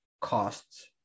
costs